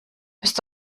bist